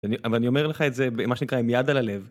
ואני אומר לך את זה מה שנקרא עם יד על הלב